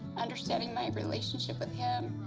understanding my relationship with him.